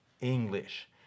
English